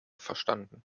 verstanden